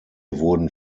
wurden